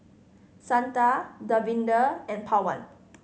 Santha Davinder and Pawan